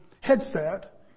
headset